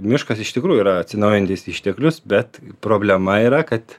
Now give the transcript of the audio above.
miškas iš tikrųjų yra atsinaujinantis išteklius bet problema yra kad